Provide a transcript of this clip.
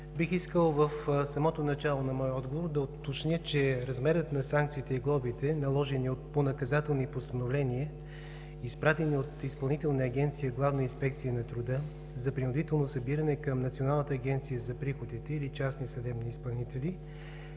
бих искал в самото начало на моя отговор да уточня, че размерът на санкциите и глобите, наложени по наказателни постановления, изпратени от Изпълнителна агенция „Главна инспекция по труда“ за принудително събиране към Националната агенция за приходите или частни съдебни изпълнители,